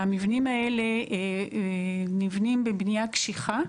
המבנים האלה נבנים בבנייה קשיחה,